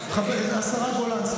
השרה גולן,